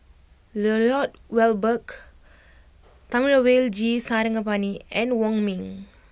Lloyd Valberg Thamizhavel G Sarangapani and Wong Ming